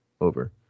over